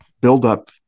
buildup